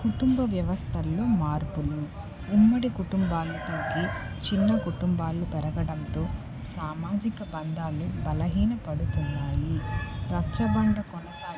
కుటుంబ వ్యవస్థల్లో మార్పులు ఉమ్మడి కుటుంబాలు తగ్గి చిన్న కుటుంబాలు పెరగడంతో సామాజిక బంధాలు బలహీన పడుతున్నాయి రచ్చబండ కొనసాగితే